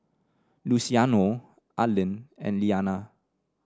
Luciano Arlen and Lyanna